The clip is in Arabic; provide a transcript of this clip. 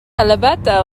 طلبت